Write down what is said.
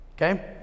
Okay